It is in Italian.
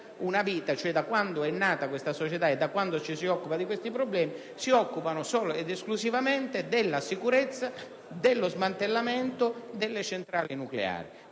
una vita e perché da quando questa società è nata si occupano di questi problemi, si dedicano solo ed esclusivamente della sicurezza dello smantellamento delle centrali nucleari.